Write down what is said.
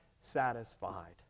satisfied